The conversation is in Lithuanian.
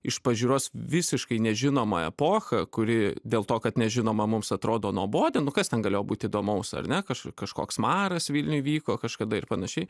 iš pažiūros visiškai nežinoma epocha kuri dėl to kad nežinoma mums atrodo nuobodi kas ten galėjo būt įdomaus ar ne kaž kažkoks maras vilniuj vyko kažkada ir panašiai